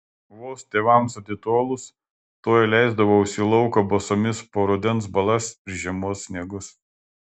vos tėvams atitolus tuoj leisdavausi į lauką basomis po rudens balas ir žiemos sniegus